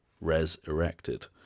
res-erected